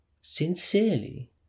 Sincerely